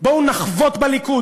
בואו נחבוט בליכוד,